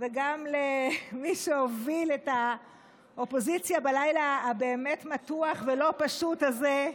וגם למי שהוביל את האופוזיציה בלילה באמת מתוח ולא פשוט זה,